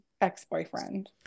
ex-boyfriend